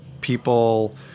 people